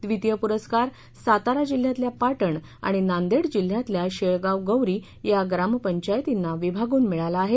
द्वितीय पुरस्कार सातारा जिल्ह्यातल्या पाटण आणि नांदेड जिल्ह्यातल्या शेळगाव गौरी या ग्रामपंचायतींना विभागून मिळाला आहे